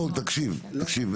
בא